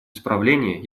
исправления